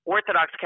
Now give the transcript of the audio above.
Orthodox